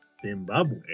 Zimbabwe